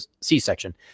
C-section